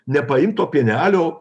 nepaimt to pienelio